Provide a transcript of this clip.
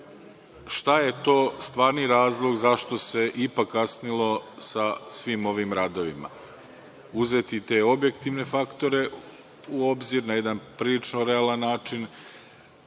šta je to stvarni razlog zašto se ipak kasnilo sa svim ovim radovima. Uzeti te objektivne faktore u obzir na jedan prilično realan način,